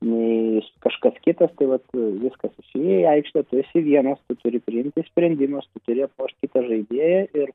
nei kažkas kitas tai vat viskas įėjai į aikštę tu esi vienas tu turi priimti sprendimus tu turi aplošt kitą žaidėją ir